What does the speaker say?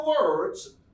words